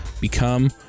become